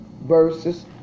verses